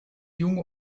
junge